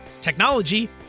technology